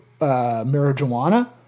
marijuana